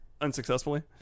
Unsuccessfully